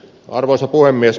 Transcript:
arvoisa puhemies